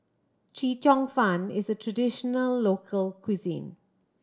Chee Cheong Fun is a traditional local cuisine